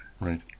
Right